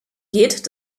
geht